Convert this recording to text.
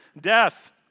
death